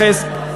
לפני שאני אתייחס,